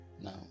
Now